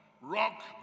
rock